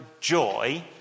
joy